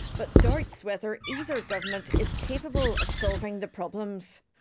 but doubts whether either government is capable of solving the problems.